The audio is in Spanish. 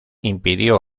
impidió